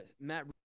Matt